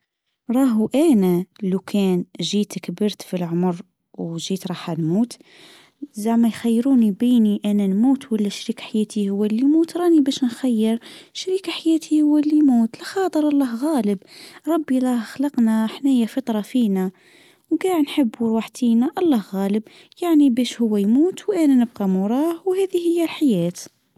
راهو أنا لو كان جيت كبرت في العمر وجيت راح نموت زعما يخيروني بيني أنا نموت ولا شريك حياتي هو الموت راني باش نخير شريت حياتي هو لي يموت الخاطر الله غالب ربي راه خلقنا حنايا فطرة فينا وكاع نحبو روحتينا الله غالب يعني باش هو يموت وأنا نبقى موراه وهاذي هي الحياة.